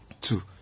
two